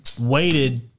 waited